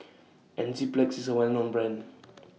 Enzyplex IS A Well known Brand